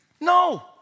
No